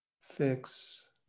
fix